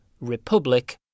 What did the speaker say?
Republic